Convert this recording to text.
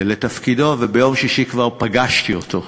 לתפקידו, וביום שישי כבר פגשתי אותו.